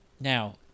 Now